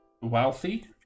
wealthy